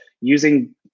using